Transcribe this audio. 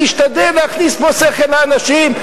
משתדל להכניס פה שכל לאנשים,